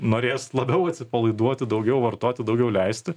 norės labiau atsipalaiduoti daugiau vartoti daugiau leisti